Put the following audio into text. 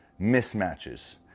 mismatches